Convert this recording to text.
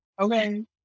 okay